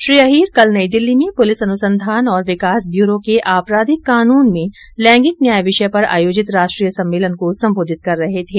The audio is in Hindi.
श्री अहीरों कल नई दिल्ली में पुलिस अनुसंधान और विकास ब्यूरो के आपराधिक कानून में लैंगिक न्याय विषय पर ्रीय सम्मेलन को संबोधित कर रहे थे